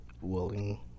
willing